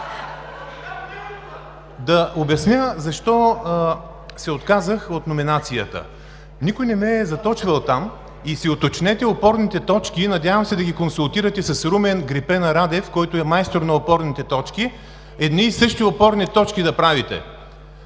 Да обясня защо се отказах от номинацията. Никой не ме е заточил там и си уточнете опорните точки. Надявам се да ги консултирате с Румен – Грипена Радев, който е майстор на опорните точки, едни и същи опорни точки да правите.